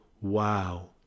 wow